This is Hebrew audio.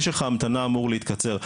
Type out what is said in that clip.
משך ההמתנה אמור להתקצר,